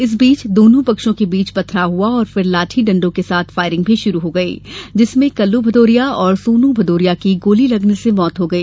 इस बीच दोनों पक्षों के बीच पथराव हआ और फिर लाठी डंडों के साथ फायरिंग शुरू हो गई जिसमें कल्लू भदौरिया और सोनू भदौरिया की गोली लगने से मौत हो गई